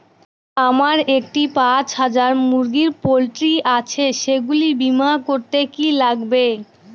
আমার একটি পাঁচ হাজার মুরগির পোলট্রি আছে সেগুলি বীমা করতে কি লাগবে?